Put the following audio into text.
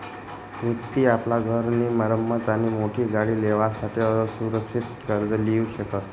व्यक्ति आपला घर नी मरम्मत आणि मोठी गाडी लेवासाठे असुरक्षित कर्ज लीऊ शकस